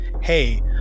hey